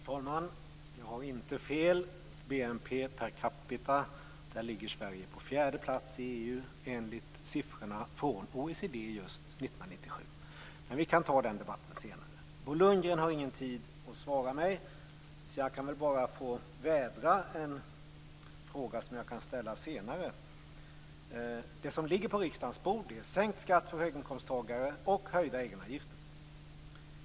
Herr talman! Jag har inte fel. När det gäller BNP per capita ligger Sverige på fjärde plats i EU, enligt siffrorna från OECD för just 1997. Men vi kan ta den debatten senare. Bo Lundgren har ingen möjlighet att svara mig, men jag kan ändå vädra en fråga som jag kan ställa senare. Det som ligger på riksdagens bord är sänkt skatt för höginkomsttagare och höjda egenavgifter.